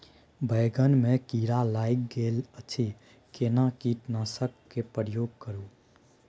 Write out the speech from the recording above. बैंगन में कीरा लाईग गेल अछि केना कीटनासक के प्रयोग करू?